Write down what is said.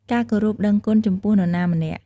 ការគោរពដឹងគុណចំពោះនរណាម្នាក់។